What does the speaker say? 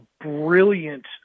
brilliant